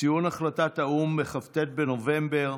ציון החלטת האו"ם בכ"ט בנובמבר.